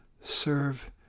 serve